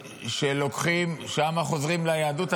שלוקחים --- שם הם חוזרים ליהדות.